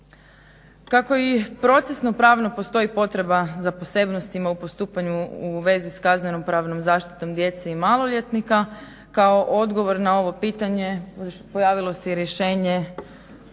Kako i procesno pravno postoji potreba za posebnostima u postupanju u vezi s kaznenopravnom zaštitom djece i maloljetnika, kao odgovor na ovo pitanje pojavilo se i rješenje